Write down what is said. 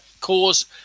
cause